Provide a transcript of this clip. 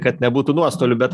kad nebūtų nuostolių bet